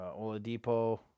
Oladipo